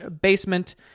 basement